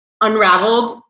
unraveled